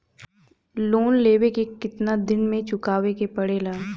Loan लेवे के कितना दिन मे चुकावे के पड़ेला?